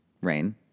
rain